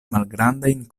malgrandajn